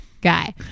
guy